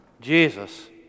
Jesus